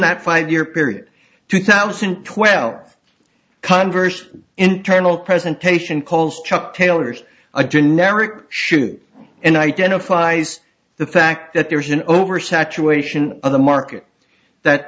that five year period two thousand and twelve converse internal presentation calls chuck taylors a generic shoot and identifies the fact that there's an over saturation of the market that